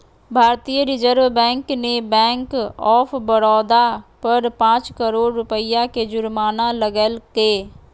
भारतीय reserve bank ने bank of Baroda पर पांच करोड़ रुपया के जुर्माना लगैलके